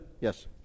Yes